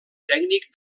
tècnic